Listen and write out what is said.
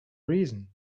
reason